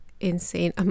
insane